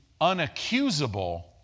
unaccusable